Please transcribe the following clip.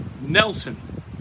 Nelson